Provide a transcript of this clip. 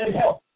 help